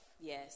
Yes